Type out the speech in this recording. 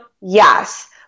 Yes